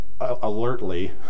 alertly